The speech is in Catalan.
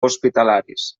hospitalaris